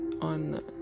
on